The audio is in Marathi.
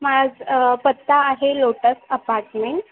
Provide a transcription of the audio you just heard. माझा पत्ता आहे लोटस अपार्टमेंट